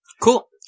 Cool